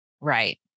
right